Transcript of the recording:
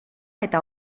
eta